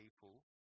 people